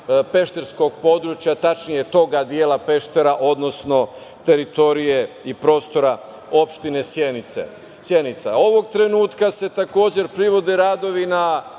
pešterskog područja, tačnije tog dela Peštera odnosno teritorije i prostora opštine Sjenica. Ovog trenutka se takođe privode radovi na